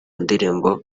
ndirimbo